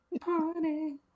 Party